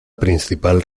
principal